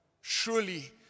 surely